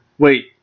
Wait